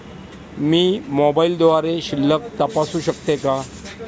मी मोबाइलद्वारे शिल्लक तपासू शकते का?